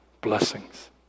blessings